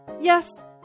yes